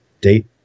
date